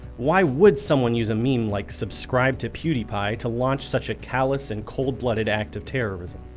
why would someone use a meme like subscribe to pewdiepie to launch such a callous and cold-blooded act of terrorism?